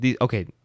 Okay